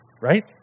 Right